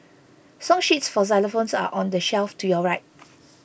song sheets for xylophones are on the shelf to your right